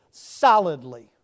solidly